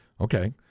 Okay